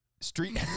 street